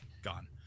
gone